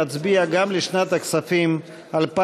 נצביע על סעיף 51 גם לשנת הכספים 2018